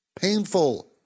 Painful